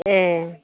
ए